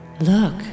Look